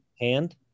Hand